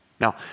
Now